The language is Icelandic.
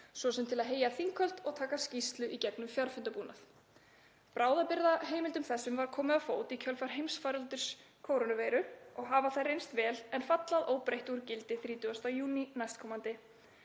svo sem til að heyja þinghöld og taka skýrslu í gegnum fjarfundarbúnað. Bráðabirgðaheimildum þessum var komið á fót í kjölfar heimsfaraldurs kórónuveiru og hafa þær reynst vel en falla að óbreyttu úr gildi 30. júní næstkomandi.